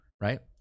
right